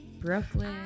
Brooklyn